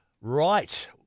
Right